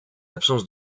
absence